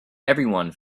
everyone